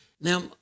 Now